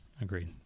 agreed